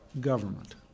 government